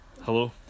Hello